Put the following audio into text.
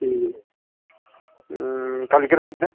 ঠিক আছে কালকের মধ্যে